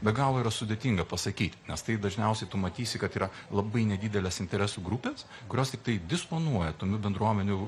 be galo yra sudėtinga pasakyt nes tai dažniausiai tu matysi kad yra labai nedidelės interesų grupės kurios tiktai disponuoja tuo nu bendruomenių